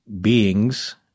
beings